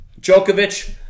Djokovic